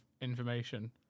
information